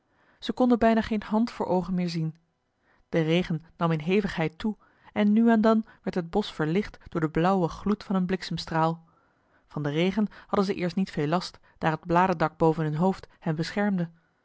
zij konden bijna geen hand voor oogen meer zien de regen nam in hevigheid toe en nu en dan werd het bosch verlicht door den blauwen gloed van een bliksemstraal van den regen hadden zij eerst niet veel last daar het bladerdak boven hun hoofd hen beschermde